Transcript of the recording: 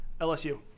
LSU